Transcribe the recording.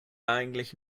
eigentlich